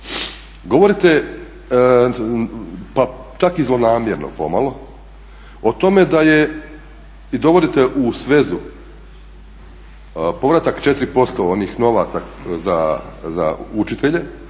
Govorite pa čak i zlonamjerno pomalo o tome da je i dovodite u svezu povratak 4% onih novaca za učitelje